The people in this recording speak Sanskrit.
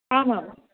आमां